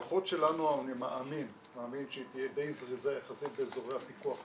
אני מאמין שההערכות שלנו תהיה דיי זריזה באזורי הפיקוח מכס,